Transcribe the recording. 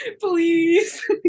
Please